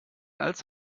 als